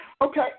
Okay